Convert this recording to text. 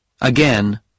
Again